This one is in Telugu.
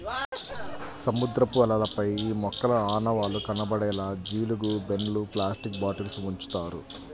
సముద్రపు అలలపై ఈ మొక్కల ఆనవాళ్లు కనపడేలా జీలుగు బెండ్లు, ప్లాస్టిక్ బాటిల్స్ ఉంచుతారు